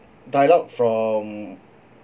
dialogue from